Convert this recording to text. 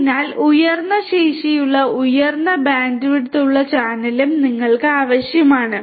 അതിനാൽ ഉയർന്ന ശേഷിയുള്ള ഉയർന്ന ബാൻഡ്വിഡ്ത്ത് ഉള്ള ചാനലും നിങ്ങൾക്ക് ആവശ്യമാണ്